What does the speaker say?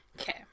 Okay